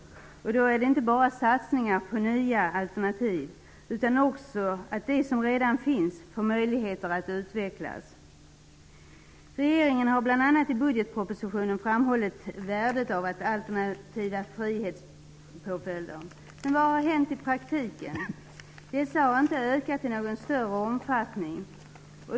Då är det inte bara satsningar på nya alternativ som måste till, utan de som redan finns måste kunna utvecklas. Regeringen har bl.a. i budgetpropositionen framhållit värdet av alternativa frivårdspåföljder. Men vad har hänt i praktiken? Dessa har inte ökat i någon större omfattning.